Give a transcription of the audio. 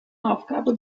aufgabe